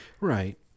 Right